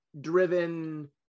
driven